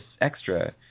extra